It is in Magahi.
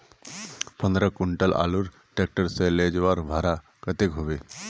पंद्रह कुंटल आलूर ट्रैक्टर से ले जवार भाड़ा कतेक होबे?